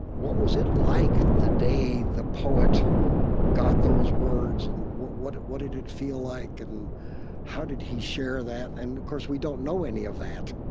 what was it like the day the poet got those words? and what what did it feel like, and how did he share that? and of course, we don't know any of that,